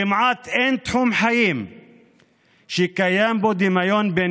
כמעט אין תחום חיים שקיים בו דמיון בין